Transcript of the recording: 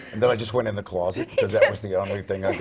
then i just went in the closet. he did. that's the only thing